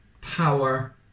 power